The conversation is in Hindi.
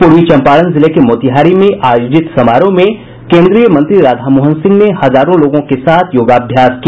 पूर्वी चंपारण जिले के मोतिहारी में आयोजित समारोह में केंद्रीय मंत्री राधामोहन सिंह ने हजारों लोगों के साथ योगाभ्यास किया